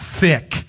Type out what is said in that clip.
thick